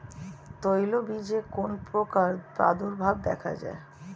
তৈলবীজে কোন পোকার প্রাদুর্ভাব দেখা যায়?